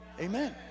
Amen